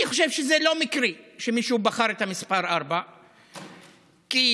אני חושב שזה לא מקרי שמישהו בחר את המספר 4. כי